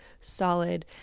solid